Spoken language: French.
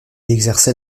exerçait